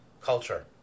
culture